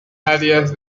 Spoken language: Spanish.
áreas